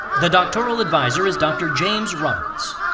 the doctoral advisor is dr. james roberts.